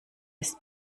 ist